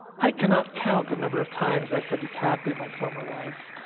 i cannot count the number of times i've said to cathy, my former wife,